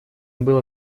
было